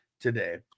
Today